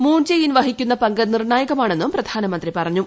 moon Jae In വഹിക്കുന്ന പങ്ക് നിർണ്ണായകമാണെന്നും പ്രധാനമന്ത്രി പറഞ്ഞു